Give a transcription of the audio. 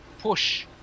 push